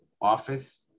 office